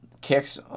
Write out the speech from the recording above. kicks